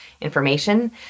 information